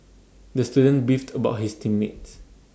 the student beefed about his team mates